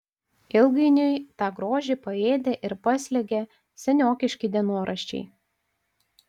ilgainiui tą grožį paėdė ir paslėgė seniokiški dienoraščiai